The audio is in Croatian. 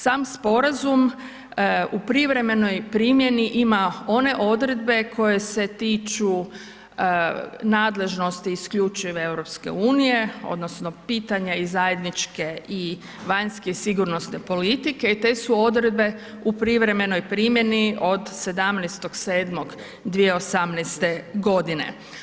Sam sporazum u privremenoj primjeni ima one odredbe koje se tiču nadležnosti isključivo EU-a odnosno pitanja iz zajedničke i vanjske i sigurnosne politike i te su odredbe u privremenoj primjeni od 17. 7. 2018. godine.